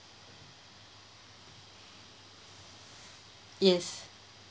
yes